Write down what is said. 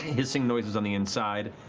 hissing noises on the inside.